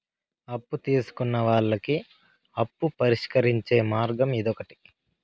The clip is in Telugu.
అప్పు తీసుకున్న వాళ్ళకి అప్పు పరిష్కరించే మార్గం ఇదొకటి